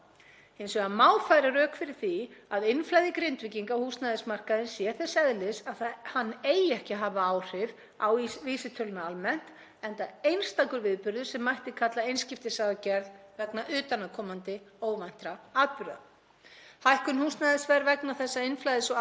enda einstakur viðburður sem mætti kalla einskiptisaðgerð vegna utanaðkomandi óvæntra atburða. Hækkun húsnæðisverðs vegna þessa innflæðis og aðgerða ríkisstjórnarinnar til að auðvelda Grindvíkingum fasteignakaup ætti því alls ekki að hafa áhrif á vísitölu neysluverðs. Sú hækkun sem kann að verða vegna þessara atburða